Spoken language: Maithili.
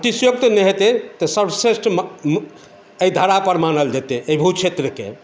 अतिश्योक्ति नहि हेतै तऽ सर्वश्रेष्ठ एहि धरापर मानल जेतै एहि भूक्षेत्रके